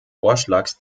vorschlags